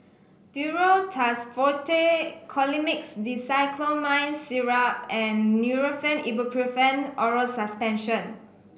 Duro Tuss Forte Colimix Dicyclomine Syrup and Nurofen Ibuprofen Oral Suspension